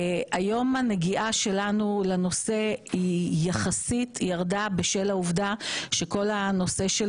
הנגיעה שלנו היום לנושא יחסית ירדה בשל העובדה שכל הנושא של